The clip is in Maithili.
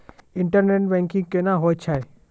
इंटरनेट बैंकिंग कोना होय छै?